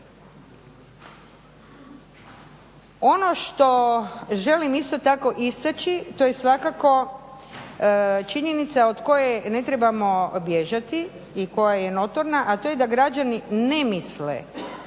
Ono što želim isto tako istaći to je svakako činjenica od koje ne trebamo bježati i koja je notorna, a to je da građani ne misle